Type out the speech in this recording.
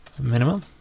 minimum